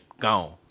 Gone